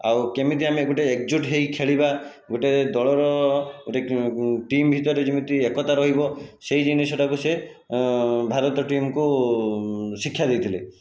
ଆଉ କେମିତି ଆମେ ଗୋଟିଏ ଏକଜୁଟ ହେଇ ଖେଳିବା ଗୋଟିଏ ଦଳର ଗୋଟିଏ ଟିମ୍ ଭିତରେ ଯେମିତି ଏକତା ରହିବ ସେହି ଜିନିଷଟାକୁ ସେ ଭାରତ ଟିମକୁ ଶିକ୍ଷା ଦେଇଥିଲେ